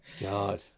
God